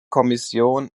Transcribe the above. kommission